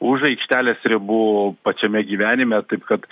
už aikštelės ribų pačiame gyvenime taip kad